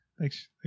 Thanks